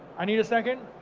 i need a second,